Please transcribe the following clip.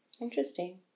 Interesting